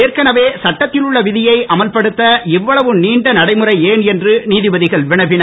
ஏற்கனவே சட்டத்தில் உள்ள விதியை அமல்படுத்த இவ்வளவு நீண்ட நடைமுறை ஏன் என்று நீதிபதிகள் வினவினர்